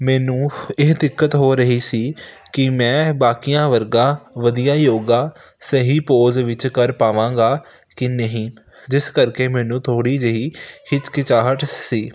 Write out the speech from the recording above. ਮੈਨੂੰ ਇਹ ਦਿੱਕਤ ਹੋ ਰਹੀ ਸੀ ਕਿ ਮੈਂ ਬਾਕੀਆਂ ਵਰਗਾ ਵਧੀਆ ਯੋਗਾ ਸਹੀ ਪੋਜ਼ ਵਿੱਚ ਕਰ ਪਾਵਾਂਗਾ ਕਿ ਨਹੀਂ ਜਿਸ ਕਰਕੇ ਮੈਨੂੰ ਥੋੜ੍ਹੀ ਜਿਹੀ ਹਿਚਕਿਚਾਹਟ ਸੀ